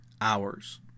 hours